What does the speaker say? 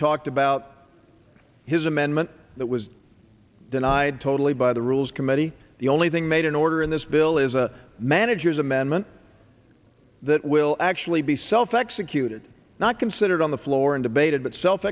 talked about his and meant that was denied totally by the rules committee the only thing made in order in this bill is a manager's amendment that will actually be self executed not considered on the floor and debated but self